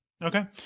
Okay